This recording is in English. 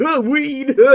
weed